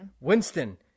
Winston